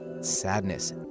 sadness